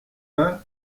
vingt